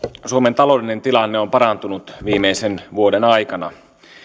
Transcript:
suomen taloudellinen tilanne on parantunut viimeisen vuoden aikana